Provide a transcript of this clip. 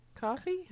coffee